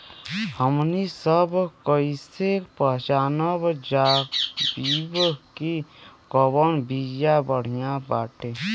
हमनी सभ कईसे पहचानब जाइब की कवन बिया बढ़ियां बाटे?